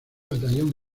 batallón